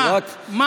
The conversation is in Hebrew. מה?